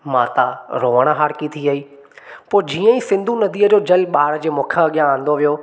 माता रोअण हार की थी वई पोइ जीअं ई सिंधु नदी जल ॿार जे मुख जे अॻियां आणिंदो वियो